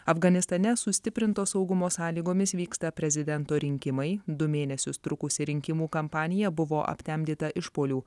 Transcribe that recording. afganistane sustiprinto saugumo sąlygomis vyksta prezidento rinkimai du mėnesius trukusi rinkimų kampanija buvo aptemdyta išpuolių